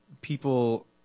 people